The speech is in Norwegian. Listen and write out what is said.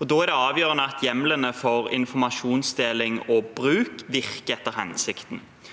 og da er det avgjørende at hjemlene for informasjonsdeling og -bruk virker etter hensikten.